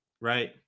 right